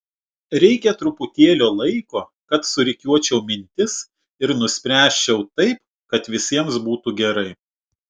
reikia truputėlio laiko kad surikiuočiau mintis ir nuspręsčiau taip kad visiems būtų gerai